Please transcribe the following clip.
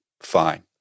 Fine